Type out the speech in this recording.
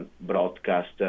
broadcast